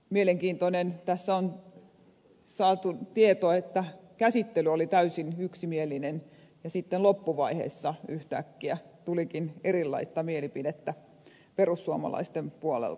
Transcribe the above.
tässä on saatu mielenkiintoinen tieto että käsittely oli täysin yksimielinen ja sitten loppuvaiheessa yhtäkkiä tulikin erilaista mielipidettä perussuomalaisten puolelta